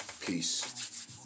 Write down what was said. Peace